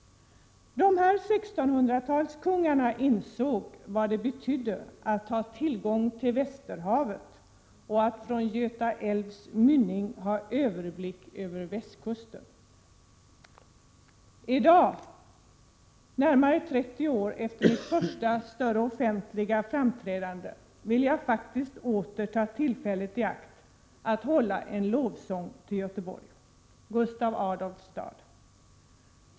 Dessa 1600-talskungar insåg vad det betydde att både ha tillgång till Västerhavet och att från Göta älvs mynning ha överblick över västkusten. I dag, närmare 30 år efter mitt första större, offentliga framträdande, vill jagåter ta tillfället i akt att hålla en lovsång till Göteborg, Gustaf Adolfs stad.